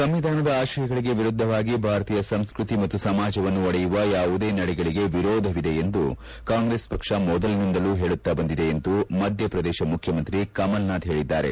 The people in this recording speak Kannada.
ಸಂವಿಧಾನದ ಆಶಯಗಳಿಗೆ ವಿರುದ್ಧವಾಗಿ ಭಾರತೀಯ ಸಂಸ್ಕೃತಿ ಮತ್ತು ಸಮಾಜವನ್ನು ಒಡೆಯುವ ಯಾವುದೇ ನಡೆಗಳಿಗೆ ವಿರೋಧವಿದೆ ಎಂದು ಕಾಂಗ್ರೆಸ್ ಪಕ್ಷ ಮೊದಲಿನಿಂದಲೂ ಹೇಳುತ್ತಾ ಬಂದಿದೆ ಎಂದು ಮಧ್ಯಪ್ರದೇಶ ಮುಖ್ಯಮಂತ್ರಿ ಕಮಲ್ನಾಥ್ ತಿಳಿಸಿದ್ದಾರೆ